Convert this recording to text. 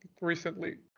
recently